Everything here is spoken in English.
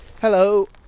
Hello